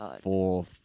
four